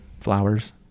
flowers